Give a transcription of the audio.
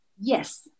Yes